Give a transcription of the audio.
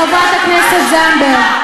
חברת הכנסת זנדברג.